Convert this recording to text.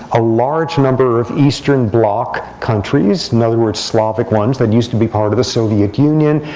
a large number of eastern bloc countries, in other words slavic ones that used to be part of the soviet union,